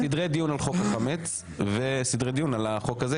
סדרי דיון על חוק החמץ וסדרי דיון על החוק הזה,